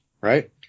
Right